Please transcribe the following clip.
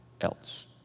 else